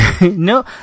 No